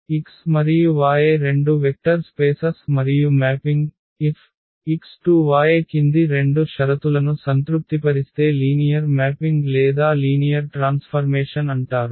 కాబట్టి X మరియు Y రెండు వెక్టర్ స్పేసస్ మరియు మ్యాపింగ్ FX→Y కింది రెండు షరతులను సంతృప్తిపరిస్తే లీనియర్ మ్యాపింగ్ లేదా లీనియర్ ట్రాన్స్ఫర్మేషన్ అంటారు